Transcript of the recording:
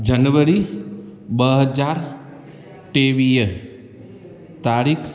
जनवरी ॿ हज़ार टेवीह तारीख़